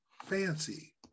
fancy